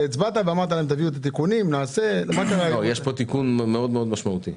יש פה תיקון מאוד משמעותי.